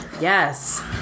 Yes